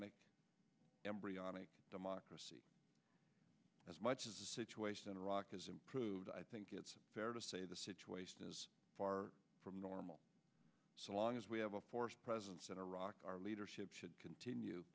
on embryonic democracy as much as the situation in iraq has improved i think it's fair to say the situation is far from normal so long as we have a force presence in iraq our leadership should continue